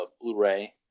Blu-ray